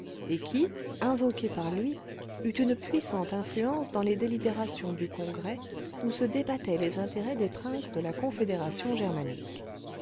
et qui invoquée par lui eut une puissante influence dans les délibérations du congrès où se débattaient les intérêts des princes de la confédération germanique